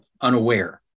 unaware